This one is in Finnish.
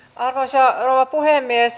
arvoisa rouva puhemies